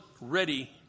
ready